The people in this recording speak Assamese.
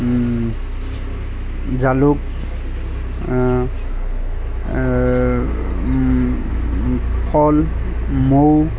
জালুক ফল মৌ